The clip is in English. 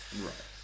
right